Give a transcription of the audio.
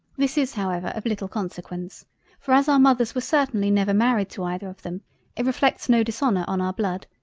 this is however of little consequence for as our mothers were certainly never married to either of them it reflects no dishonour on our blood,